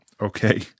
okay